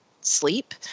sleep